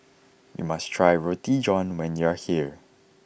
you must try Roti John when you are here